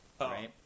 right